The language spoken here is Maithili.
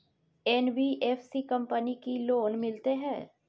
एन.बी.एफ.सी कंपनी की लोन मिलते है?